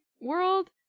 world